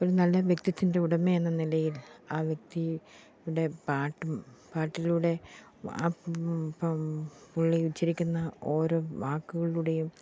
ഒരു നല്ല വ്യക്തിത്തിൻ്റെ ഉടമ എന്ന നിലയിൽ ആ വ്യക്തിയുടെ പാട്ടും പാട്ടിലൂടെ ആ ഇപ്പം പുള്ളി ഉച്ചരിക്കുന്ന ഓരോ വാക്കുകളിലൂടെയും